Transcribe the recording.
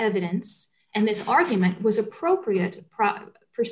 evidence and this argument was appropriate